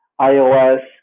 iOS